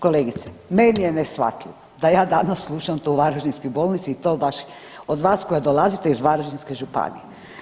Kolegice, meni je neshvatljivo da ja danas slušam to o varaždinskoj bolnici i to baš od vas koja dolazite iz Varaždinske županije.